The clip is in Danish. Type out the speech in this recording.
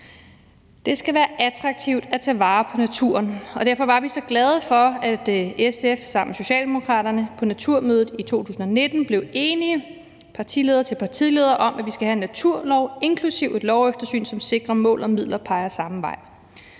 Det skal være attraktivt at tage vare på naturen, og derfor var vi så glade for, at SF sammen med Socialdemokraterne på Naturmødet i 2019 blev enige partileder til partileder om, at vi skal have en naturlov inklusive et loveftersyn, som sikrer, at mål og midler peger samme vej.